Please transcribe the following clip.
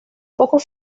pocos